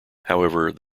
however